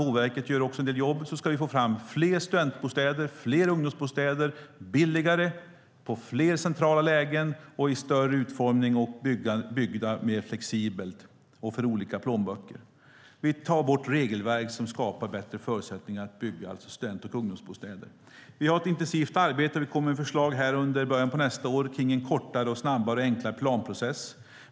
Boverket gör också en del jobb. På så sätt ska vi få fram fler studentbostäder, fler ungdomsbostäder, billigare och fler bostäder i centrala lägen samt bostäder som i större omfattning är byggda mer flexibelt och för olika plånböcker. Vi tar bort regelverk för att skapa bättre förutsättningar att bygga student och ungdomsbostäder. Vi har ett intensivt arbete. Det kommer förslag i början på nästa år kring en kortare, snabbare och enklare planprocess.